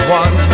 one